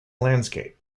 landscape